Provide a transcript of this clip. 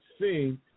seen